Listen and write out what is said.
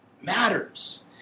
matters